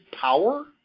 power